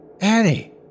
Annie